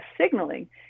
signaling